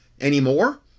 anymore